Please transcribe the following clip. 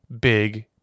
big